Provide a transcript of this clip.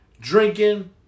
drinking